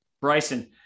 Bryson